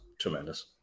tremendous